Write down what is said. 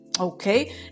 Okay